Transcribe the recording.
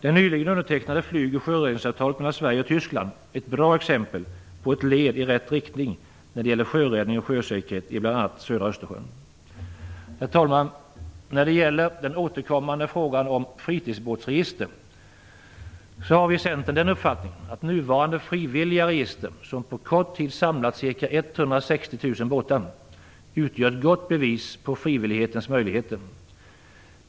Det nyligen undertecknade flyg och sjöräddningsavtalet mellan Sverige och Tyskland är ett bra exempel på ett led i rätt riktning när det gäller sjöräddning och sjösäkerhet i bl.a. södra Östersjön. Herr talman! När det gäller den återkommande frågan om fritidsbåtsregister har vi i Centern den uppfattningen, att nuvarande frivilliga register som på kort tid samlat ca 160 000 båtar utgör ett gott bevis på frivillighetens möjligheter.